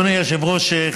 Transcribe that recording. אדוני היושב-ראש,